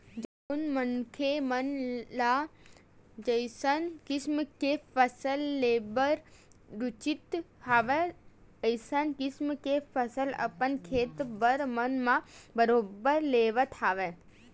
जउन मनखे मन ल जइसन किसम के फसल लेबर रुचत हवय अइसन किसम के फसल अपन खेत खार मन म बरोबर लेवत हवय